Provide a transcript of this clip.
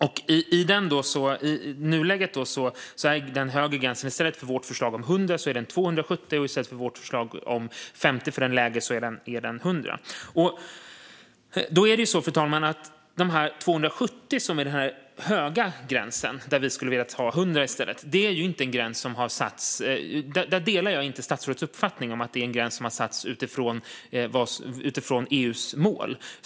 I nuläget är den högre gränsen 270 gram i stället för vårt förslag om 100 gram, och den lägre gränsen är 100 gram i stället för vårt förslag om 50 gram. När det gäller den högre gränsen om 270 gram, där vi i stället skulle vilja ha 100 gram, fru talman, delar jag inte statsrådets uppfattning att detta är en gräns som har satts utifrån EU:s mål.